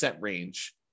range